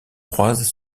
croisent